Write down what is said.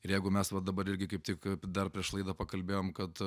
ir jeigu mes va dabar irgi kaip tik dar prieš laidą pakalbėjom kad